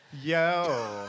Yo